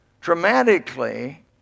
dramatically